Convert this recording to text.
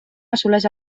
assoleix